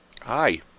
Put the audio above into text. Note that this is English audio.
Hi